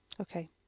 Okay